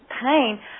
pain